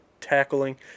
tackling